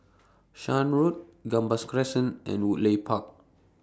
Shan Road Gambas Crescent and Woodleigh Park